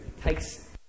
takes